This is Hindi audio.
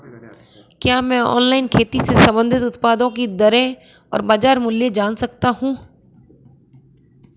क्या मैं ऑनलाइन खेती से संबंधित उत्पादों की दरें और बाज़ार मूल्य जान सकता हूँ?